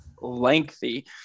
lengthy